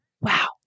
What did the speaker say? Wow